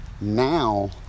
now